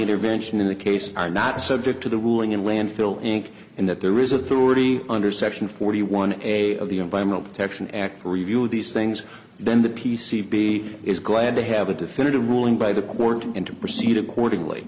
intervention in a case are not subject to the ruling in landfill inc and that there is a thirty under section forty one a of the environmental protection act for review of these things then the p c b is glad to have a definitive ruling by the court and to proceed accordingly